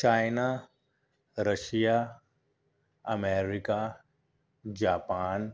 China Russia America Japan